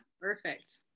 perfect